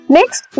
Next